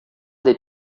des